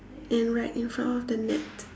and right in front of the net